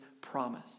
promise